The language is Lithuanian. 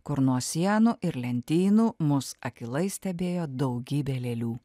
kur nuo sienų ir lentynų mus akylai stebėjo daugybė lėlių